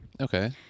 Okay